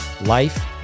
life